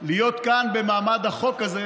להיות כאן במעמד הזה,